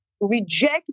reject